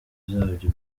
zabyo